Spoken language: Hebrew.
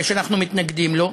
שאנחנו מתנגדים לו.